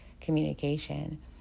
communication